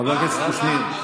חבר הכנסת קושניר,